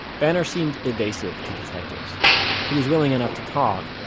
vanner seemed evasive to detectives he was willing enough to talk,